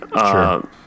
Sure